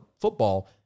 football